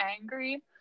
angry